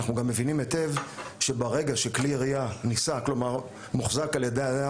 אנחנו גם מבינים היטב שברגע שכלי ירייה נישא,